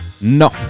No